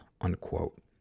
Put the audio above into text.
unquote